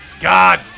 God